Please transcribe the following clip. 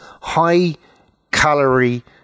high-calorie